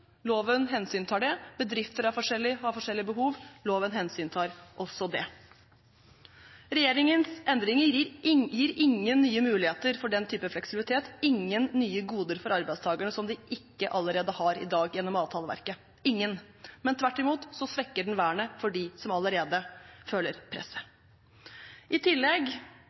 loven tar hensyn til det. Bedrifter er forskjellige og har forskjellige behov – loven tar hensyn til det også. Regjeringens forslag til endringer gir ingen nye muligheter for den typen fleksibilitet og ingen nye goder for arbeidstakerne som de ikke allerede i dag har gjennom avtaleverket – ingen. Tvert imot svekker de vernet for dem som allerede føler presset. I tillegg